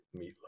meatloaf